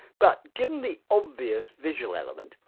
but given the obvious visual element,